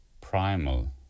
primal